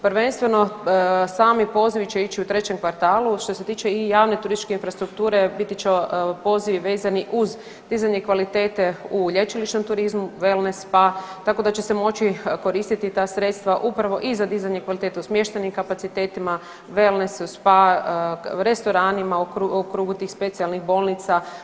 Prvenstveno sami pozivi će ići u trećem kvartalu što se tiče i javne turističke infrastrukture biti će pozivi vezani uz dizanje kvalitete u lječilišnom turizmu, wellness, spa, tako da će se moći koristiti ta sredstva upravo i za dizanje kvalitete u smještajnim kapacitetima, wellness, spa, restoranima u krugu tih specijalnih bolnica.